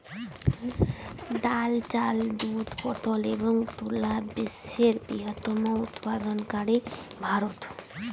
ডাল, চাল, দুধ, পাট এবং তুলা বিশ্বের বৃহত্তম উৎপাদনকারী ভারত